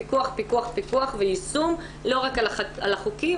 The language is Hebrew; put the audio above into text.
פיקוח פיקוח פיקוח ויישום לא רק על החוקים,